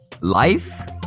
Life